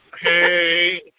Hey